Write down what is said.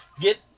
get